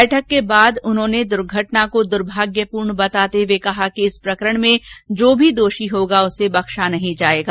बैठक के बाद उन्होंने घटना को दुर्भाग्यपूर्ण बताते हुए कहा कि इस प्रकरण में जो भी दोषी होगा उसे बख्शा नहीं जाएगा